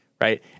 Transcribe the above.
Right